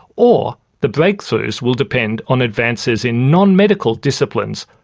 or the breakthroughs will depend on advances in non-medical disciplines,